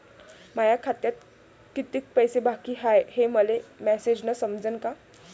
माया खात्यात कितीक पैसे बाकी हाय हे मले मॅसेजन समजनं का?